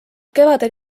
kevadel